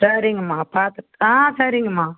சரிங்கம்மா பார்த்து ஆ சரிங்கம்மா